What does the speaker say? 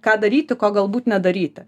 ką daryti ko galbūt nedaryti